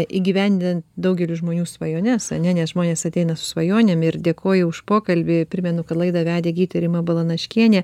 įgyvendint daugeliui žmonių svajones ane nes žmonės ateina su svajonėm ir dėkoju už pokalbį primenu kad laidą vedė gydytja rima balanaškienė